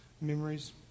memories